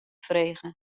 frege